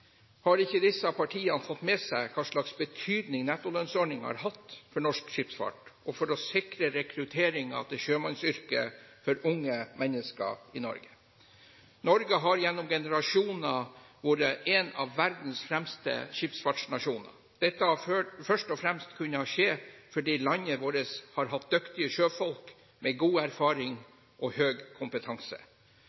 Har ikke disse partiene fått med seg hvilken betydning nettolønnsordningen har hatt for norsk skipsfart og for å sikre rekrutteringen til sjømannsyrket for unge mennesker i Norge? Norge har gjennom generasjoner vært en av verdens fremste skipsfartsnasjoner. Dette har først og fremst kunnet skje fordi landet vårt har hatt dyktige sjøfolk med god erfaring